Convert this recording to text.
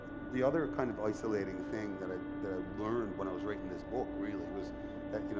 the other kind of isolating thing that i that i learned when i was writing this book really was that, you know